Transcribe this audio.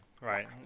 right